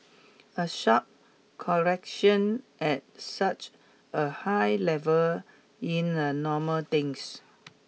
a sharp correction at such a high level in a normal things